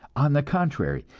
on the contrary,